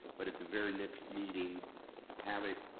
but at the very next meeting have it